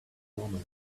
moments